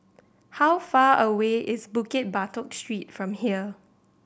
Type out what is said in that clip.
how far away is Bukit Batok Street from here